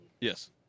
Yes